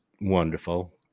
wonderful